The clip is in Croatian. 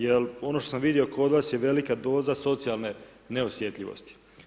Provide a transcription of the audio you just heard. Jer ono što sam vidio kod vas je velika doza socijalne neosjetljivosti.